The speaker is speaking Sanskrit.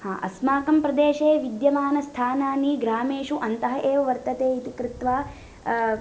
हां अस्माकं प्रदेशे विद्यमान स्थानानि ग्रामेषु अन्तः एव वर्तते इति कृत्वा